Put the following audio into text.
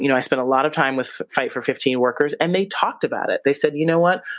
you know i spent a lot of time with fight for fifteen workers and they talked about it. they said, you know what,